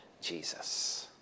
Jesus